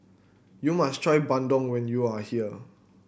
you must try bandung when you are here